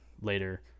later